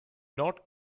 not